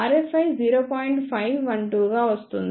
512 గా వస్తుంది